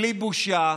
בלי בושה,